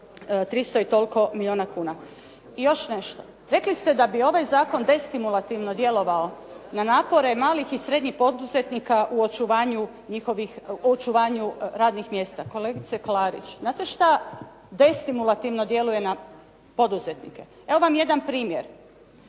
300 i toliko milijuna kuna. I još nešto, rekli ste da bi ovaj zakon destimulativno djelovao na napore malih i srednjih poduzetnika u očuvanju njihovih radnih mjesta. Kolegice Klarić, znate što destimulativno djeluje na poduzetnike? Evo vam jedan primjer.